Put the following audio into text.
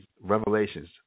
revelations